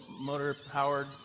motor-powered